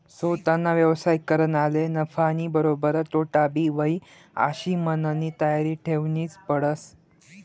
सोताना व्यवसाय करनारले नफानीबरोबर तोटाबी व्हयी आशी मननी तयारी ठेवनीच पडस